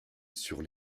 sur